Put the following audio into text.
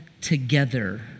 together